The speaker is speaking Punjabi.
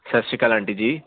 ਸਤਿ ਸ਼੍ਰੀ ਅਕਾਲ ਆਂਟੀ ਜੀ